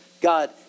God